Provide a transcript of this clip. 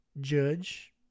judge